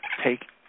take